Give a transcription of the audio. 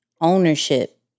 ownership